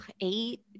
eight